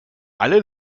alle